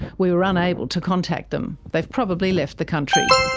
we were unable to contact them. they've probably left the country.